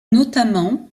notamment